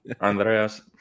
Andreas